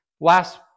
Last